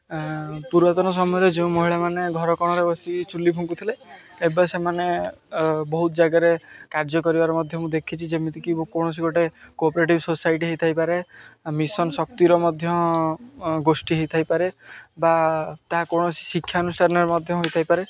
ପୁରାତନ ସମୟରେ ଯେଉଁ ମହିଳାମାନେ ଘର କୋଣରେ ବସିି ଚୁଲି ଫୁଙ୍କୁୁଥିଲେ ଏବେ ସେମାନେ ବହୁତ ଜାଗାରେ କାର୍ଯ୍ୟ କରିବାର ମଧ୍ୟ ମୁଁ ଦେଖିଛି ଯେମିତିକି କୌଣସି ଗୋଟେ କୋପରେଟିଭ୍ ସୋସାଇଟି ହୋଇଥାଇପାରେ ମିଶନ୍ ଶକ୍ତିର ମଧ୍ୟ ଗୋଷ୍ଠୀ ହୋଇଥାଇପାରେ ବା ତାହା କୌଣସି ଶିକ୍ଷାନୁଷ୍ଠାନରେ ମଧ୍ୟ ହୋଇଥାଇପାରେ